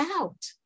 out